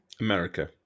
America